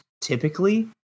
typically